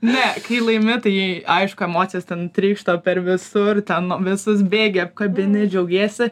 ne kai laimi tai aišku emocijos ten trykšta per visur ten visus bėgi apkabini džiaugiesi